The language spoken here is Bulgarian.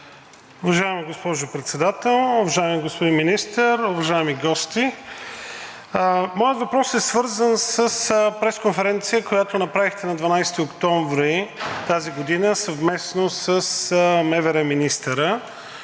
Уважаема госпожо Председател, уважаеми господин Министър, уважаеми гости! Моят въпрос е свързан с пресконференция, която направихте на 12 октомври тази година съвместно с МВР министъра